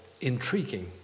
intriguing